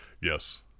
Yes